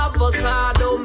Avocado